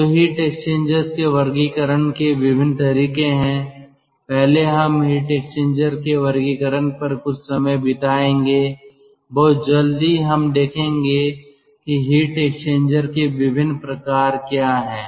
तो heat exchangers के वर्गीकरण के विभिन्न तरीके हैं पहले हम हीट एक्सचेंजर के वर्गीकरण पर कुछ समय बिताएंगे बहुत जल्दी हम देखेंगे कि हीट एक्सचेंजर के विभिन्न प्रकार क्या हैं